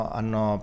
hanno